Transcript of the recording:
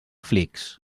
flix